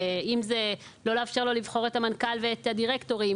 אם זה בלא לאפשר לו לבחור את המנכ"ל ואת הדירקטורים,